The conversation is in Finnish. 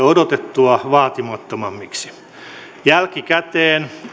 odotettua vaatimattomammiksi jälkikäteen